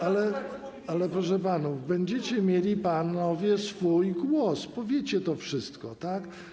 Ale proszę panów, będziecie mieli panowie głos, powiecie to wszystko, tak?